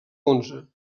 onze